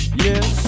yes